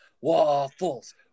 waffles